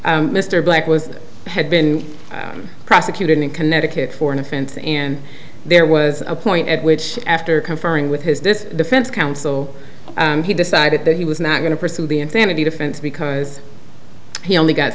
mr black was had been prosecuted in connecticut for an offense and there was a point at which after conferring with his this defense counsel he decided that he was not going to pursue the insanity defense because he only got